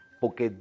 Porque